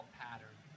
pattern